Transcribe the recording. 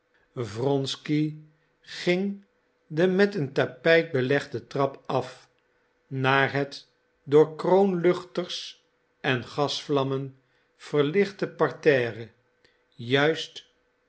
wronsky ging de met een tapijt belegde trap af naar het door kroonluchters en gasvlammen verlichte parterre juist